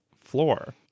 floor